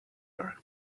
air